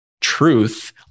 truth